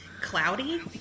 cloudy